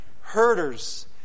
herders